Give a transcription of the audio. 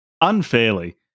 unfairly